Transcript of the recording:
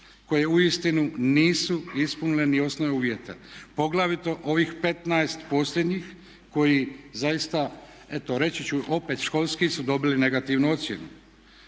koje uistinu nisu ispunile ni osnovne uvjete poglavito ovih 15 posljednjih koji zaista eto reći ću opet školski su dobili negativnu ocjenu.